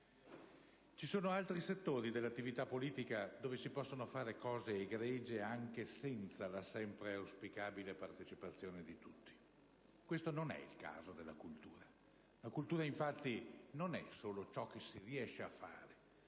Vi sono altri settori dell'attività politica dove si possono realizzare cose egregie anche senza la sempre auspicabile partecipazione di tutti. Non è il caso della cultura. La cultura, infatti, non è solo ciò che si riesce a fare;